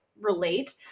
Relate